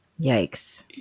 Yikes